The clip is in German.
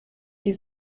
die